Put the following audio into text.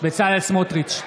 בצלאל סמוטריץ'